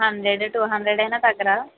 hundred two hundred అయినా తగ్గరా